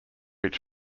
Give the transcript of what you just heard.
each